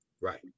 Right